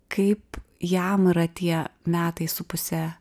kaip jam yra tie metai su puse